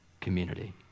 community